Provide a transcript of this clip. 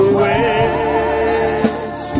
wish